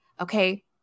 okay